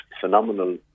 phenomenal